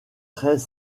très